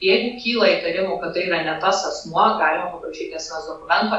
jeigu kyla įtarimų kad tai yra ne tas asmuo galima paprašyti asmens dokumento